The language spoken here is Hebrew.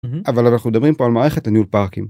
אבל אנחנו מדברים פה על מערכת לניהול פארקים.